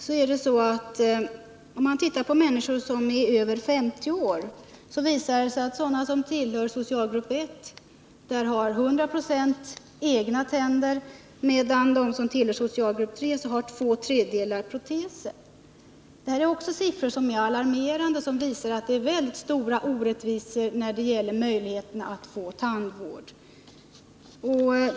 Om man ser på förhållandena för människor som är över 50 år, så visar det sig att 100 90 av dem som tillhör socialgrupp 1 har egna tänder, medan två tredjedelar av dem som tillhör socialgrupp 3 har proteser. Detta är alarmerande siffror, som visar att det råder väldigt stora orättvisor när det gäller möjligheterna att få tandvård.